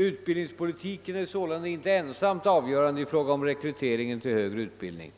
Utbildningspolitiken är sålunda inte ensamt avgörande i fråga om rekryteringen till högre utbildning.